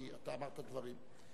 כי אתה אמרת דברים.